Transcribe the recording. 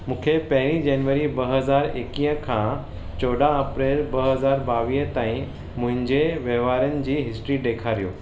मूंखे पहिरीं जनवरी ॿ हज़ार एकवीह खां चौॾहं अप्रैल ॿ हज़ार ॿावीह ताईं मुंहिंजे वहिंवारनि जी हिस्ट्री ॾेखारियो